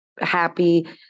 Happy